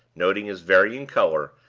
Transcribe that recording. noting his varying color,